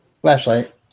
flashlight